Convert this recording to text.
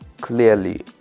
clearly